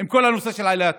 עם כל הנושא של עליות מחירים.